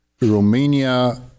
Romania